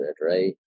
right